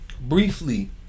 briefly